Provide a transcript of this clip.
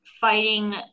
fighting